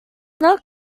not